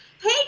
Hey